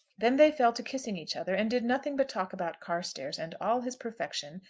then they fell to kissing each other, and did nothing but talk about carstairs and all his perfections,